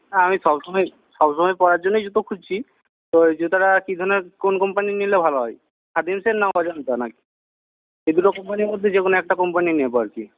হ্যাঁ আমি সবসময় সবসময় পরার জন্যই জুতো খুঁজছি তো এই জুতোটা কী ধরণের কোন কোম্পানির নিলে ভালো হয় খাদিমসের না অজন্তা না এই দুটো কোম্পানির মধ্যে যেকোনো একটা কোম্পানি নেব আরকি